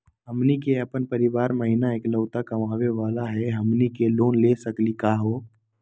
हमनी के अपन परीवार महिना एकलौता कमावे वाला हई, हमनी के लोन ले सकली का हो?